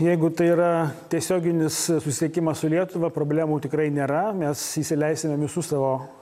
jeigu tai yra tiesioginis susiekimas su lietuva problemų tikrai nėra mes įsileisime visus savo